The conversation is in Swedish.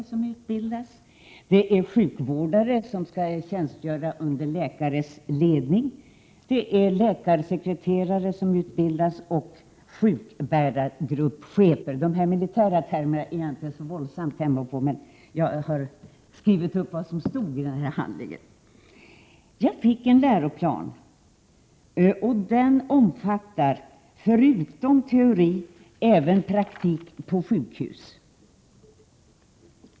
På skolan utbildas självständiga sjukvårdare, sjukvårdare som skall tjänstgöra under läkares ledning, läkarsekreterare och sjukbärargruppschefer. De militära termerna är jag inte så våldsamt hemma på, men jag har noterat vad som stod i den handling som jag fick. Skolans läroplan omfattar, förutom teori, även praktik på sjukhus.